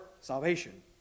salvation